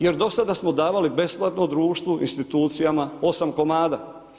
Jer do sada smo davali besplatno društvu, institucijama, 8 kom.